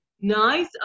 nice